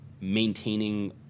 maintaining